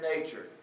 nature